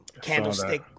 candlestick